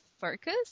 focus